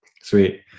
Sweet